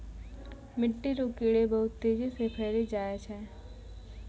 मिट्टी रो कीड़े बहुत तेजी से फैली जाय छै